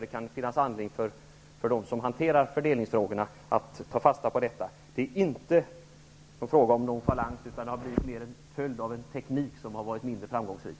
Det kan finnas anledning för dem som hanterar fördelningsfrågorna att ta fasta på detta. Det är inte fråga om någon nonchalans, utan det har blivit en följd av en teknik som har varit mindre framgångsrik.